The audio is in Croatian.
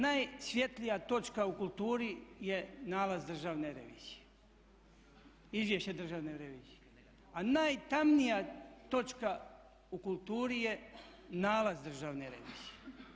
Najsvjetlija točka u kulturi je nalaz Državne revizije, izvješće Državne revizije, a najtamnija točka u kulturi je nalaz Državne revizije.